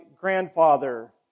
grandfather